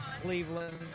Cleveland